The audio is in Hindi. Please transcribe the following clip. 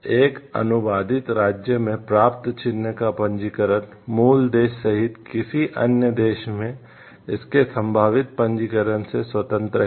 एक अनुबंधित राज्य में प्राप्त चिह्न का पंजीकरण मूल देश सहित किसी अन्य देश में इसके संभावित पंजीकरण से स्वतंत्र है